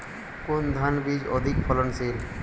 কোন ধান বীজ অধিক ফলনশীল?